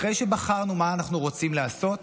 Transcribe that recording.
אחרי שבחרנו מה אנחנו רוצים לעשות,